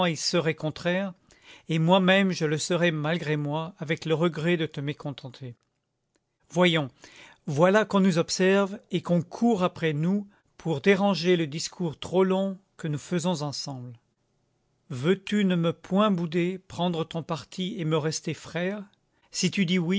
y seraient contraires et moi-même je le serais malgré moi et avec le regret de te mécontenter voyons voilà qu'on nous observe et qu'on court après nous pour déranger le discours trop long que nous faisons ensemble veux-tu ne me point bouder prendre ton parti et me rester frère si tu dis